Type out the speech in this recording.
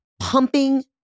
pumping